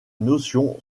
notion